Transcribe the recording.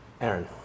Aaron